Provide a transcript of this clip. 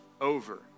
over